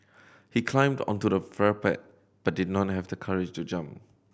he climbed onto the but did not have the courage to jump